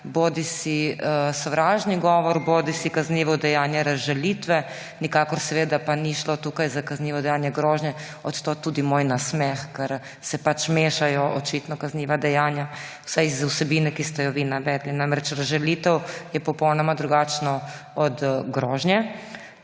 bodisi sovražni govor bodisi kaznivo dejanje razžalitve, nikakor pa ni šlo tukaj za kaznivo dejanje grožnje. Od tod tudi moj nasmeh, ker se očitno mešajo kazniva dejanja, vsaj iz vsebine, ki ste jo vi navedli. Namreč, razžalitev je popolnoma drugačno od grožnje.